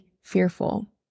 Fearful